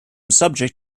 subject